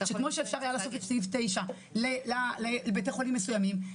שכמו שאפשר היה לעשות את סעיף 9 לבתי חולים מסוימים,